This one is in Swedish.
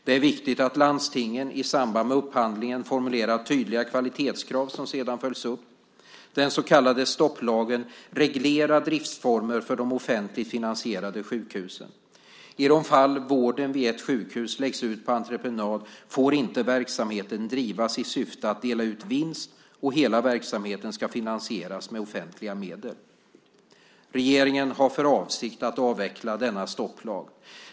Det är viktigt att landstingen, i samband med upphandlingen, formulerar tydliga kvalitetskrav som sedan följs upp. Den så kallade stopplagen reglerar driftsformer för de offentligt finansierade sjukhusen. I de fall vården vid ett sjukhus läggs ut på entreprenad får inte verksamheten drivas i syfte att dela ut vinst, och hela verksamheten ska finansieras med offentliga medel. Regeringen har för avsikt att avveckla denna stopplag.